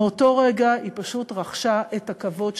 מאותו רגע היא פשוט רכשה את הכבוד,